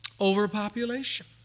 Overpopulation